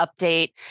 update